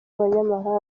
abanyamahanga